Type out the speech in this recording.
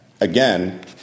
again